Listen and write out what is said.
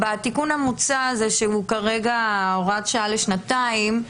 בתיקון המוצע הזה, שהוא כרגע הוראה שעה לשנתיים,